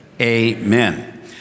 amen